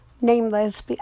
nameless